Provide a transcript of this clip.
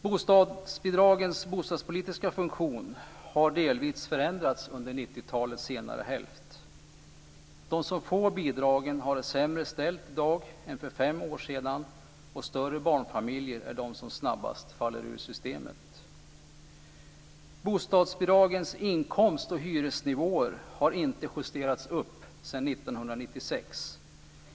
Bostadsbidragens bostadspolitiska funktion har delvis förändrats under 90-talets senare hälft. De som får bidragen har det sämre ställt i dag än för fem år sedan. Större barnfamiljer är de som snabbast faller ur systemet. Bostadsbidragens inkomst och hyresnivåer har inte justerats upp sedan 1996.